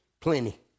Plenty